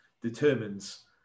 determines